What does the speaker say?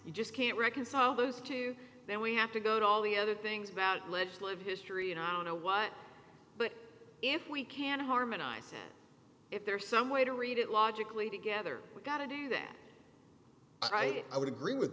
you just can't reconcile those two then we have to go to all the other things about legislative history and i don't know what but if we can harmonize it if there's some way to read it logically together we got to do that right i would agree with